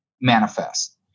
manifest